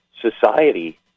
society